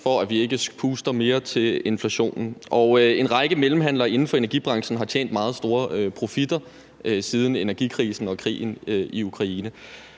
for at vi ikke puster mere til inflationen, og en række mellemhandlere inden for energibranchen har tjent meget store profitter siden energikrisen og krigen i Ukraine.